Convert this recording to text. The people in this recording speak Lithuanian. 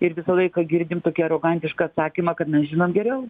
ir visą laiką girdim tokį arogantišką atsakymą kad mes žinom geriau